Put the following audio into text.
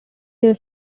their